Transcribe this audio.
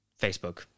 Facebook